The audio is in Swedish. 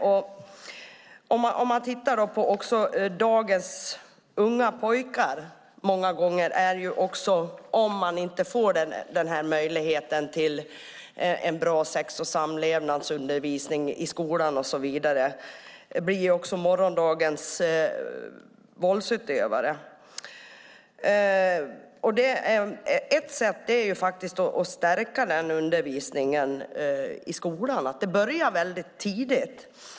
Om man tittar på dagens unga pojkar ser man att de många gånger, om de inte får möjligheten till en bra sex och samlevnadsundervisning i skolan och så vidare, blir morgondagens våldsutövare. Ett sätt är att stärka undervisningen i skolan. Det ska börja tidigt.